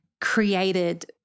created